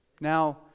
Now